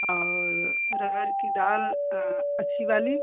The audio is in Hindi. और अरहर की दाल अच्छी वाली